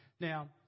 Now